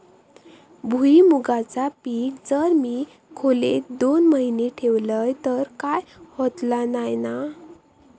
भुईमूगाचा पीक जर मी खोलेत दोन महिने ठेवलंय तर काय होतला नाय ना?